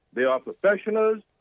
the office session lows.